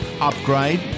upgrade